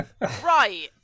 Right